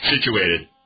Situated